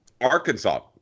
Arkansas